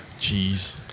Jeez